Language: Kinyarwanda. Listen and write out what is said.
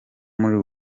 muri